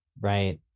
right